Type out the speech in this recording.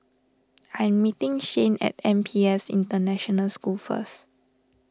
I am meeting Shayne at N P S International School first